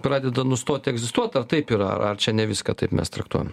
pradeda nustoti egzistuot ar taip yra čia ne viską taip mes traktuojam